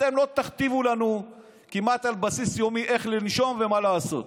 אתם לא תכתיבו לנו כמעט על בסיס יומי איך לנשום ומה לעשות.